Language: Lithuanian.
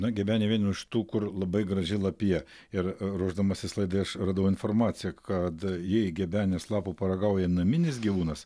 na gebenė viena iš tų kur labai graži lapija ir ruošdamasis laidai aš radau informaciją kad jei gebenės lapų paragauja naminis gyvūnas